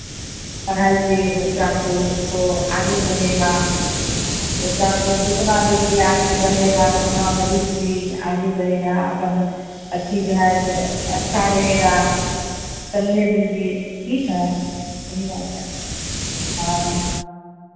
पढ़ाइए बच्चा को तो आगे बढ़ेगा बच्चा को जितना जलदी आगे बढ़ेगा उतना भविष्य भी आगे बढ़ेगा अपना अथी जो है सो अच्छा रहेगा चलने दीजिए ठीक है सही बात है हाँ